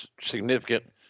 significant